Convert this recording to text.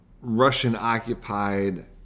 Russian-occupied